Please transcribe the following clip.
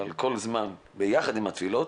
אבל יחד עם התפילות,